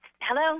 Hello